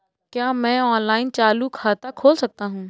क्या मैं ऑनलाइन चालू खाता खोल सकता हूँ?